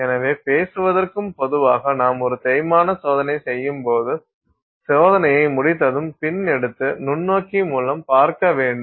எனவே பேசுவதற்கும் பொதுவாக நாம் ஒரு தேய்மான சோதனை செய்யும் போது சோதனையை முடித்ததும் பின் எடுத்து நுண்ணோக்கி மூலம் பார்க்க வேண்டும்